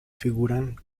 figuran